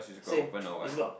same it's locked